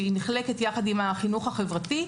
שהיא נחלקת יחד עם החינוך החברתי.